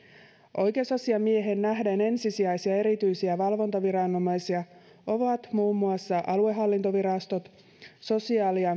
oikeusasiamieheen nähden ensisijaisia erityisiä valvontaviranomaisia ovat muun muassa aluehallintovirastot sosiaali ja